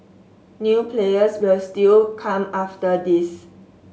new players will still come after this